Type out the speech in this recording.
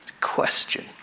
Question